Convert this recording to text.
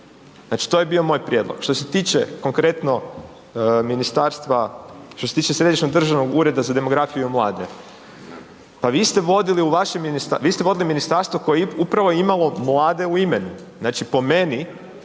Znači to je bio moj prijedlog. Što se tiče konkretno ministarstva, što se tiče Središnjeg državnog ureda za demografiju i mlade, pa vi ste vodili ministarstvo koje je upravo imalo mlade u imenu i sada